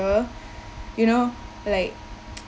you know like